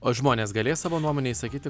o žmonės galės savo nuomonę išsakyti